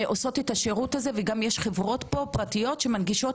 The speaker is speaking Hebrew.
שעושות את השירות הזה וגם יש פה חברות פרטיות שמנגישות